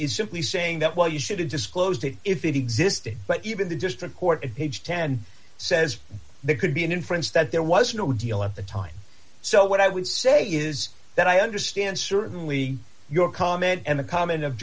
is simply saying that well you should have disclosed it if it existed but even the district court at page ten says there could be an inference that there was no deal at the time so what i would say is that i understand certainly your comment and the comment of